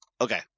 Okay